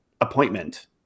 appointment